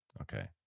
okay